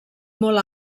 molt